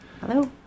Hello